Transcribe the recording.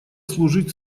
служить